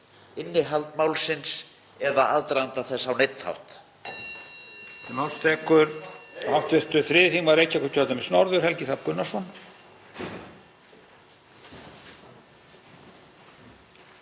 innihald málsins eða aðdraganda þess á neinn hátt.